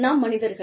நாம் மனிதர்கள்